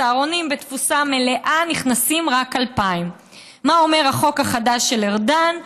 בסהרונים בתפוסה מלאה נכנסים רק 2,000. מה אומר החוק החדש של ארדן,